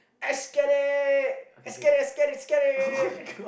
esketit esketit esketit esketit